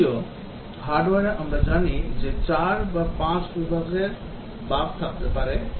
যদিও হার্ডওয়্যারে আমরা জানি যে 4 বা 5 বিভাগের বাগ থাকতে পারে